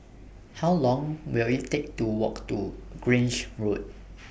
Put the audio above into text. How Long Will IT Take to Walk to Grange Road